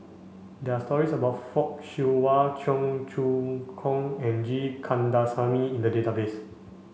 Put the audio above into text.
there are stories about Fock Siew Wah Cheong Choong Kong and G Kandasamy in the database